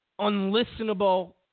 unlistenable